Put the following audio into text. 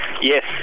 Yes